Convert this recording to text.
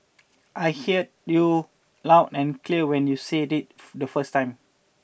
I hear you loud and clear when you say it the first time